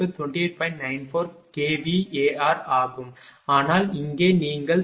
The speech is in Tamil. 94 kVAr ஆகும் ஆனால் இங்கே நீங்கள் பார்த்தால் 26